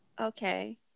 Okay